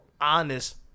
honest